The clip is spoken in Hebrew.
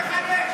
למה אתה מחייך?